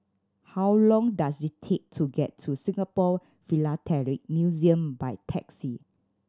how long does it take to get to Singapore Philatelic Museum by taxi